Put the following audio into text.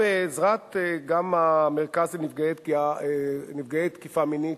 גם בעזרת המרכז לנפגעי תקיפה מינית,